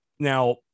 Now